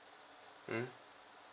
mm